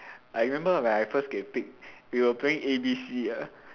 I remember when I first get picked we were playing A B C ah